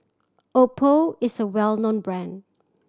Oppo is a well known brand